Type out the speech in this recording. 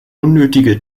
unnötige